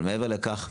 אבל מעבר לכך,